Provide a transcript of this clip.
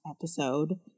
episode